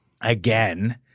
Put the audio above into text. again